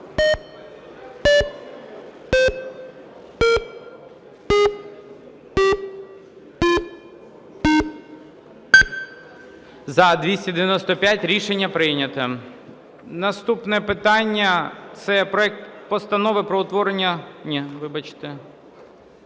За-295 Рішення прийнято. Наступне питання – це проект Постанови про утворення... Ні, вибачте.